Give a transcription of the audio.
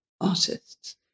artists